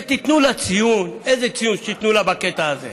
ותיתנו לה ציון, איזה ציון שתיתנו לה בקטע הזה,